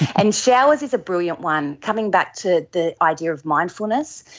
and showers is a brilliant one. coming back to the idea of mindfulness,